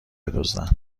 بدزدن